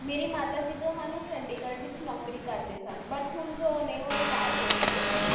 ਮੇਰੀ ਮਾਤਾ ਜੀ ਜੋ ਹਨ ਉਹ ਚੰਡੀਗੜ੍ਹ ਵਿੱਚ ਨੌਕਰੀ ਕਰਦੇ ਸਨ ਬਟ ਹੁਣ ਜੋ ਉਹ ਨੇ ਉਹ ਰਿਟਾਇਰ ਹੋ ਚੁੱਕੇ ਹਨ